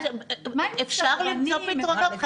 אפשר למצוא פתרונות.